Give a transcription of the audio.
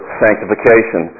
sanctification